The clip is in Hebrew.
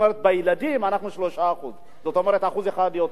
ובילדים אנחנו 3%, זאת אומרת 1% יותר.